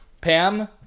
pam